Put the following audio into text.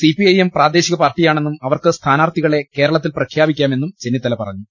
CPIM പ്രാദേശിക പാർട്ടിയാ ണെന്നും അവർക്ക് സ്ഥാനാർത്ഥികളെ കേരളത്തിൽ പ്രഖ്യാപി ക്കാമെന്നും ചെന്നിത്തല പറഞ്ഞു